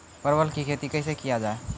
परवल की खेती कैसे किया जाय?